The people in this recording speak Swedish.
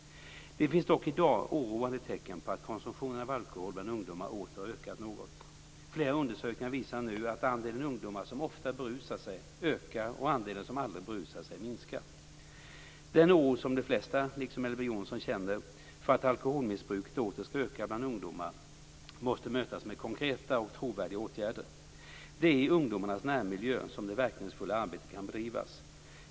Det finns dock i dag oroande tecken på att konsumtionen av alkohol bland ungdomar åter ökar något. Flera undersökningar visar nu att andelen ungdomar som ofta berusar sig ökar och att andelen som aldrig berusar sig minskar. Den oro som de flesta liksom Elver Jonsson känner för att alkoholmissbruket åter skall öka bland ungdomar måste mötas med konkreta och trovärdiga åtgärder. Det är i ungdomarnas närmiljö som det verkningsfulla arbetet kan bedrivas.